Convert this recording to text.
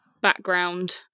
background